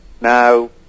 Now